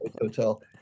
Hotel